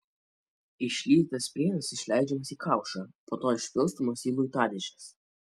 išlydytas plienas išleidžiamas į kaušą po to išpilstomas į luitadėžes